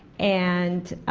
and